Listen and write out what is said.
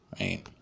Right